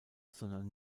sondern